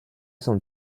son